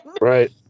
Right